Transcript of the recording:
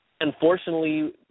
unfortunately